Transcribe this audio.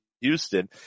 Houston